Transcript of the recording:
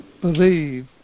believe